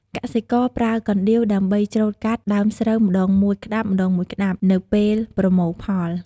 កសិករប្រើកណ្ដៀវដើម្បីច្រូតកាត់ដើមស្រូវម្តងមួយក្តាប់ៗនៅពេលប្រមូលផល។